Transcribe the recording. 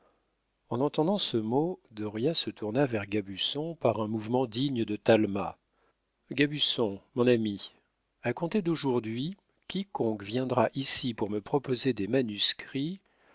en entendant ce mot dauriat se tourna vers gabusson par un mouvement digne de talma gabusson mon ami à compter d'aujourd'hui quiconque viendra ici pour me proposer des manuscrits